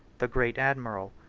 the great admiral,